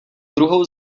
druhou